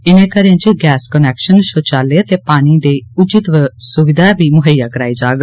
इनें घरै च गैस कनैक्शन शौचालय ते पानी दी उचित सुविधा बी मुहैयया कराई जाग